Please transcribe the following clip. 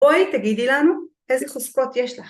בואי, תגידי לנו איזה חוזקות יש לך.